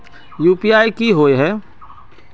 UPI की होय है?